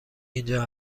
اینجا